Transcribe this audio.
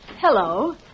Hello